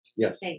Yes